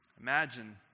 Imagine